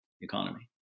economy